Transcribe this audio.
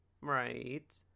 Right